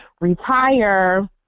retire